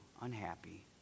unhappy